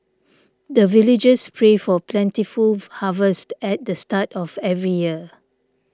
the villagers pray for plentiful harvest at the start of every year